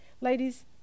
Ladies